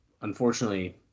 unfortunately